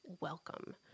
welcome